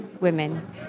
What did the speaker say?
women